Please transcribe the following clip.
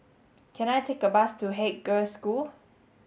can I take a bus to Haig Girls' School